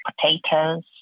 potatoes